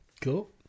Cool